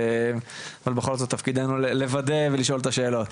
אבל בכל זאת תפקידנו זה לוודא ולשאול את השאלות.